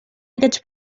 aquests